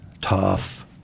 tough